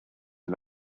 een